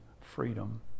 freedom